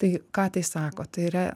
tai ką tai sako tai yra